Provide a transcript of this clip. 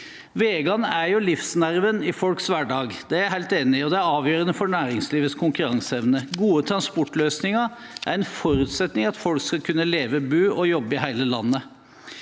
Veiene er livsnerven i folks hverdag, det er jeg helt enig i, og de er avgjørende for næringslivets konkurranseevne. Gode transportløsninger er en forutsetning for at folk skal kunne leve, bo og jobbe i hele landet.